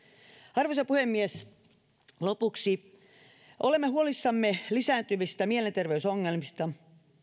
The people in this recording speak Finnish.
arvoisa puhemies lopuksi olemme huolissamme lisääntyvistä mielenterveysongelmista